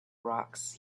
rocks